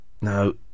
No